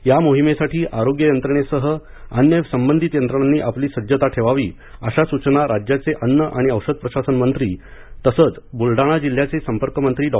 या मोहिमेसाठी आरोग्य यंत्रणेसह अन्य संबधीत यंत्रणांनी आपली सज्जता ठेवावी अशा सूचना राज्याचे अन्न आणि औषध प्रशासन मंत्री तसंच बूलडाणा जिल्ह्याचे संपर्कमंत्री डॉ